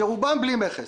ורובם בלי מכס,